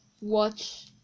watch